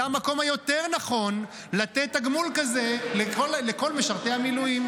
זה המקום היותר-נכון לתת תגמול כזה לכל משרתי המילואים.